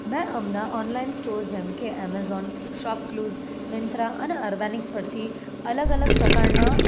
મેં હમણાં online store જેમ કે એમેઝોન શોપક્લુઝ મિંત્રા અને આર્બેનિક પરથી અલગ અલગ પ્રકારના